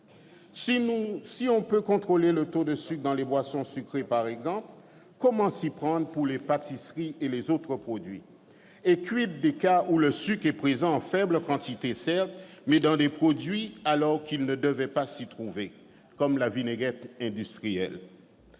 si l'on peut contrôler le taux de sucre dans des boissons sucrées, par exemple, comment s'y prendre pour les pâtisseries et les autres produits ? Et des cas où le sucre est présent en faible quantité dans des produits, alors qu'il ne devrait pas s'y trouver, comme dans la vinaigrette industrielle ?